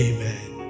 Amen